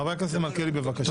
חבר הכנסת מלכיאלי, בבקשה.